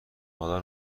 حالا